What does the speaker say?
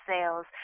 sales